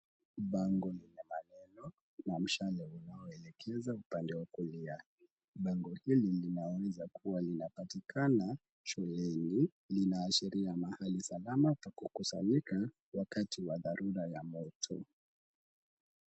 Bango lina maneno na mshale unaoelekeza upande wa kulia. Bango hili linaweza kuwa linapatikana shuleni. Linaashiria mahali salama pa kukusanyika wakati wa dharura ya moto.